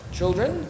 Children